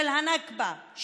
של הנכבה,